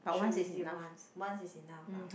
should visit once once is enough lah